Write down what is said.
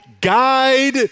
guide